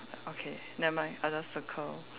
okay never mind I'll just circle